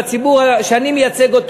בציבור שאני מייצג,